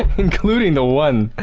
including the one,